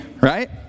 Right